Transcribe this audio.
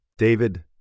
David